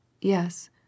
Yes